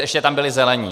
Ještě tam byli Zelení.